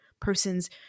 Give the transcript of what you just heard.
person's